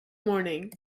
morning